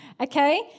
Okay